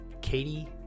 Katie